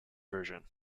version